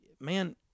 man